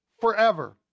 forever